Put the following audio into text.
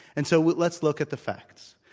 and so let's look at the facts.